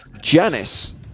Janice